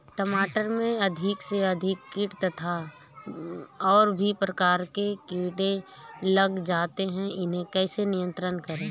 टमाटर में अधिक से अधिक कीट तथा और भी प्रकार के कीड़े लग जाते हैं इन्हें कैसे नियंत्रण करें?